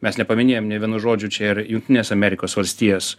mes nepaminėjom nė vienu žodžiu čia ir jungtinės amerikos valstijas